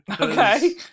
Okay